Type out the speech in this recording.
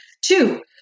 Two